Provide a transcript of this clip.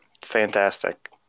Fantastic